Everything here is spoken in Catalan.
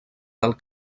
del